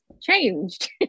changed